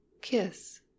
kiss